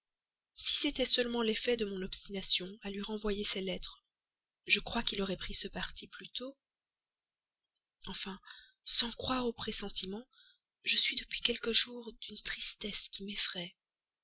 si c'était seulement l'effet de mon obstination à lui renvoyer ses lettres je crois qu'il aurait pris ce parti plus tôt enfin sans croire aux pressentiments je suis depuis quelques jours d'une tristesse qui m'effraie